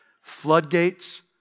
floodgates